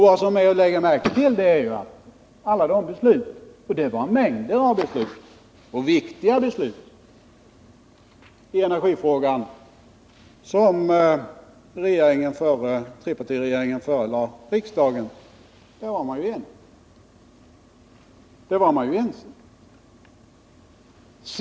Vad som är att lägga märke till är alla de viktiga beslut i energifrågan som en enig trepartiregering förelade riksdagen.